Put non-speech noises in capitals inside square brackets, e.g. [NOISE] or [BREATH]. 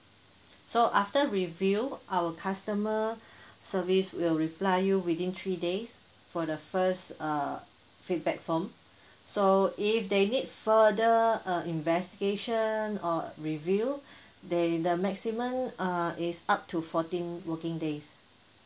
so after review our customer [BREATH] service will reply you within three days for the first err feedback form so if they need further uh investigation or review there the maximum err is up to fourteenth working days